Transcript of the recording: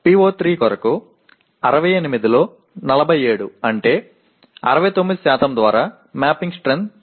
PO3 కొరకు 68 లో 47 అంటే 69 ద్వారా మ్యాపింగ్ స్ట్రెంగ్త్ 3